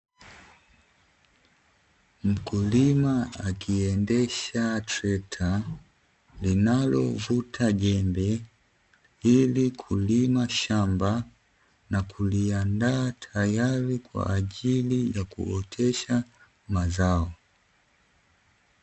Mkulima akiendesha trekta, linalovuta jembe ili kulima shamba na kuliandaa tayari kwa ajili ya kuotesha mazao.